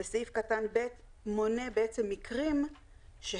וסעיף קטן (ב) מונה מקרים שנחשבים